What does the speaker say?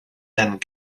and